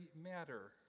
matter